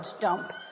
dump